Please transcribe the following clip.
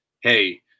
Hey